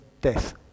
death